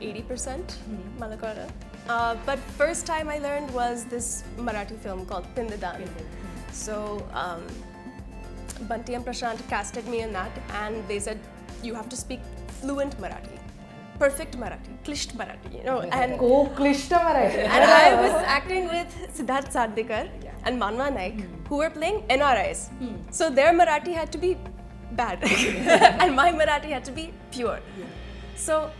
80% Mhm. Malakwara. Uh, but first time I learned was this Marathi film called Pindadan. Pindadan. So, um, Bhante and Prashant casted me in that and they said, "You have to speak fluent Marathi, perfect Marathi, klisht Marathi," you know, and- Co-klisht Marathi. And I was acting with Siddharth Sardhikar and Manwa Naik, Hmm. who were playing NRIs. Hmm. So their Marathi had to be bad. And my Marathi had to be pure. Yeah. So